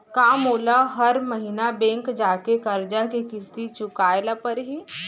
का मोला हर महीना बैंक जाके करजा के किस्ती चुकाए ल परहि?